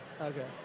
Okay